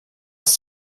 ist